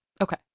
Okay